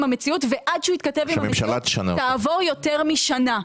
המציאות ועד שהוא יתכתב עם המציאות תעבור יותר משנה,